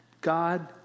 God